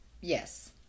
yes